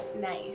nice